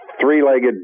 three-legged